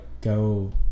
go